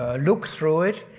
ah look through it,